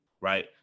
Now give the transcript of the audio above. right